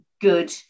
good